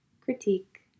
critique